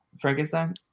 Frankenstein